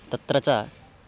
तत्र च